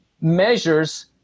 measures